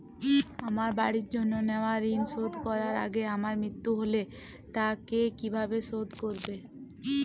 আমার বাড়ির জন্য নেওয়া ঋণ শোধ করার আগে আমার মৃত্যু হলে তা কে কিভাবে শোধ করবে?